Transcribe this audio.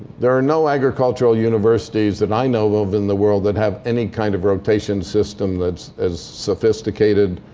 there are no agricultural universities that i know of in the world that have any kind of rotation system that's as sophisticated,